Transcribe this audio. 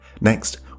Next